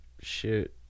Shoot